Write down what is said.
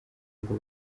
ngo